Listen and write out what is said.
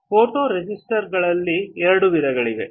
ಫೋಟೊರೆಸಿಸ್ಟ್ಗಳಲ್ಲಿ ಎರಡು ವಿಧಗಳಿವೆ